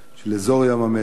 של אזור ים-המלח,